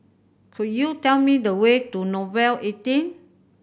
could you tell me the way to Nouvel eighteen